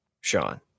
Sean